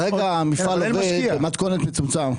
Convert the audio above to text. כרגע המפעל עובד במתכונת מצומצמת.